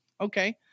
okay